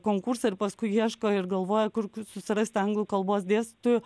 konkursą ir paskui ieško ir galvoja kur susirasti anglų kalbos dėstytojų